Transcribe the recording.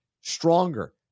stronger